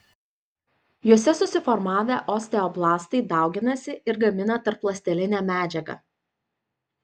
juose susiformavę osteoblastai dauginasi ir gamina tarpląstelinę medžiagą